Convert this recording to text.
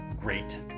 great